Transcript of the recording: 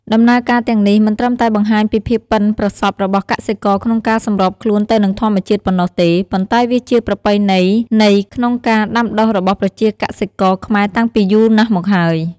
ដំណើរការទាំងនេះមិនត្រឹមតែបង្ហាញពីភាពប៉ិនប្រសប់របស់កសិករក្នុងការសម្របខ្លួនទៅនឹងធម្មជាតិប៉ុណ្ណោះទេ ប៉ុន្តែវាជាប្រពៃណីនៃក្នុងការដាំដុះរបស់ប្រជាកសិករខ្មែរតាំងពីយូរណាស់មកហើយ។